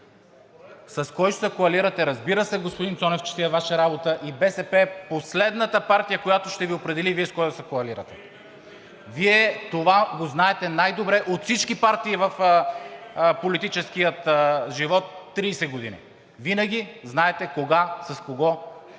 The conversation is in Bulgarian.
С кого ще се коалирате, разбира се, господин Цонев, че е Ваша работа. И БСП е последната партия, която ще Ви определи Вие с кого да се коалирате. Вие това го знаете най-добре от всички партии – в политическия живот 30 години. Винаги знаете кога, с кого, даже